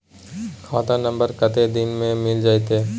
खाता नंबर कत्ते दिन मे मिल जेतै?